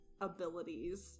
abilities